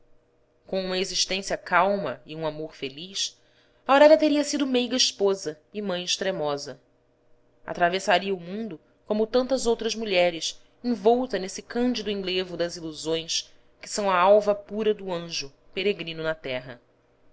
com uma existência calma e um amor feliz aurélia teria sido meiga esposa e mãe extremosa atravessaria o mundo como tantas outras mulheres envolta nesse cândido enlevo das ilusões que são a alva pura do anjo peregrino na terra